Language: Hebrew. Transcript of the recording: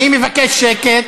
אני מבקש שקט.